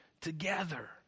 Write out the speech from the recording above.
together